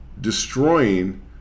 destroying